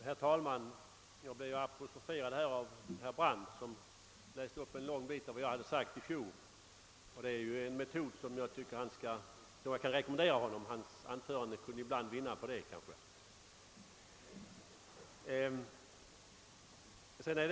Herr talman! Jag blev apostroferad av herr Brandt, som läste upp ett långt stycke av vad jag sade i fjol. Det är en metod som jag kan rekommendera honom — hans anföranden kunde ibland vinna på att han tillämpade den.